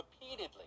repeatedly